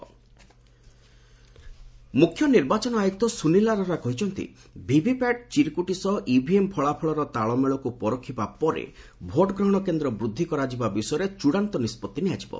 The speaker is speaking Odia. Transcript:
ଇସି ପୋଲ୍ସ୍ ଭିଭିପିଏଟି ମୁଖ୍ୟ ନିର୍ବାଚନ ଆୟୁକ୍ତ ସୁନିଲ୍ ଅରୋରା କହିଛନ୍ତି ଭିଭିପିଏଟି ଚିର୍କୁଟି ସହ ଇଭିଏମ୍ ଫଳାଫଳର ତାଳମେଳକୁ ପରଖିବା ପରେ ଭୋଟ୍ଗ୍ରହଣ କେନ୍ଦ୍ର ବୃଦ୍ଧି କରାଯିବା ବିଷୟରେ ଚୂଡ଼ାନ୍ତ ନିଷ୍କଭି ନିଆଯିବ